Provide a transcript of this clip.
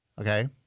Okay